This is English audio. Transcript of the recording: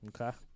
Okay